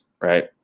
right